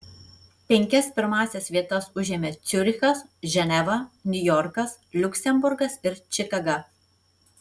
penkias pirmąsias vietas užėmė ciurichas ženeva niujorkas liuksemburgas ir čikaga